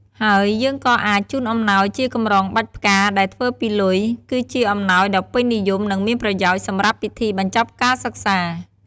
ហើយយើងក៏អាច ជូនអំណោយជាកម្រងបាច់ផ្កាដែលធ្វើពីលុយ គឺជាអំណោយដ៏ពេញនិយម និងមានប្រយោជន៍សម្រាប់ពិធីបញ្ចប់ការសិក្សា។